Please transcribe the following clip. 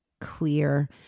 clear